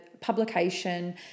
publication